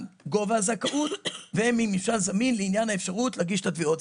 גובה הזכאות וממשל זמין לעניין האפשרות להגיש את התביעות.